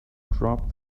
dropped